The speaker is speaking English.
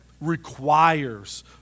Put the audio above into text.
requires